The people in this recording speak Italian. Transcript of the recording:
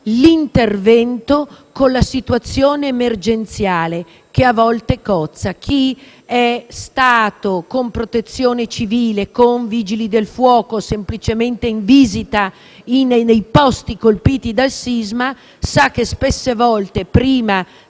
l'intervento con la situazione emergenziale. Chi è stato con la Protezione civile e i Vigili del fuoco semplicemente in visita nei luoghi colpiti dal sisma sa che spesso, prima